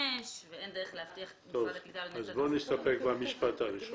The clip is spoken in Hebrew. ואין דרך להבטיח כי משרד הקליטה --- אז בואו נסתפק במשפט הראשון.